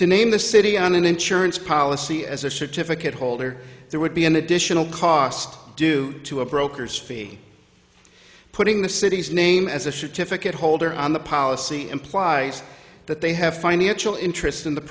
to name the city on an insurance policy as a certificate holder there would be an additional cost due to a broker sfi putting the city's name as a certificate holder on the policy implies that they have financial interest in the